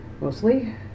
mostly